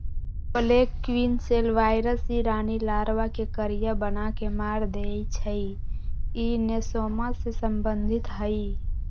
black queen cell virus इ रानी larva के करिया बना के मार देइ छइ इ नेसोमा से सम्बन्धित हइ